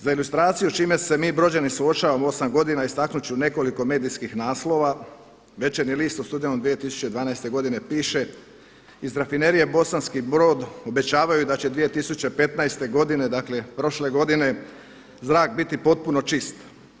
Za ilustraciju čime se mi Brođani suočavamo osam godina istaknut ću nekoliko medijskih naslova, Večernji list u studenom 2012. godine piše „Iz Rafinerije Bosanski Brod obećavaju da će 2015. godine“ dakle prošle godine „zrak biti potpuno čist“